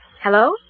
Hello